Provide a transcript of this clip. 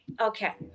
Okay